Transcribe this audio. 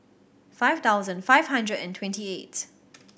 five thousand five hundred and twenty eight